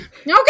okay